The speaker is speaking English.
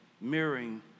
mirroring